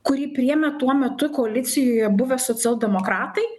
kurį priėmė tuo metu koalicijoje buvę socialdemokratai